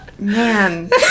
Man